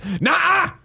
Nah